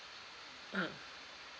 mm